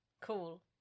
Cool